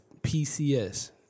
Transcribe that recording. PCS